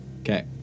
Okay